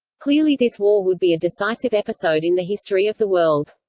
clearly this war would be a decisive episode in the history of the world.